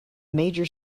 major